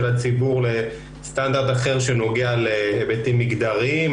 הציבור לסטנדרט אחר שנוגע להיבטים מגדריים,